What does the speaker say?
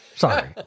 sorry